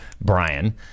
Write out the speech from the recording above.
Brian